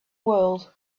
world